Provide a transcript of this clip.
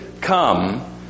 come